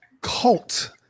cult